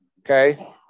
Okay